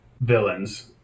villains